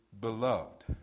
beloved